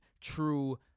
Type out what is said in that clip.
true